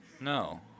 no